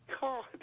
God